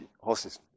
horses